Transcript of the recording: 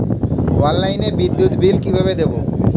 অনলাইনে বিদ্যুতের বিল কিভাবে দেব?